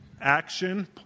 action